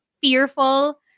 fearful